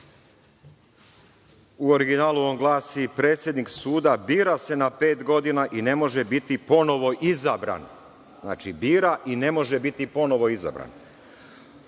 U originalu on glasi – predsednik suda bira se na pet godina i ne može ponovo biti izabran. Znači, bira i ne može biti ponovo izabran.